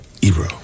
Ebro